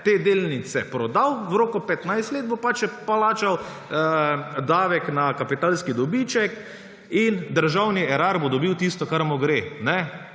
te delnice prodal v roku 15 let, bo pač plačal davek na kapitalski dobiček in državni Erar bo dobil tisto, kar mu gre.